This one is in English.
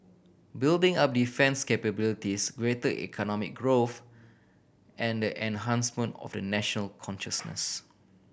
building up defence capabilities greater economic growth and the enhancement of a national consciousness